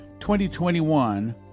2021